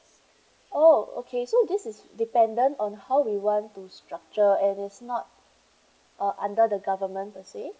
oh okay so this is dependent on how we want to structure and it's not uh under the government per se